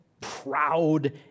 proud